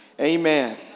Amen